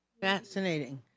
Fascinating